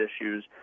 issues